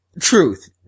Truth